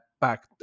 back